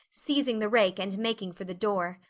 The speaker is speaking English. seizing the rake and making for the door.